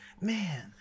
Man